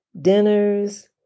dinners